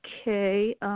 Okay